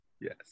Yes